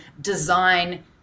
design